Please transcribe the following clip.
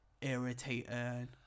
irritating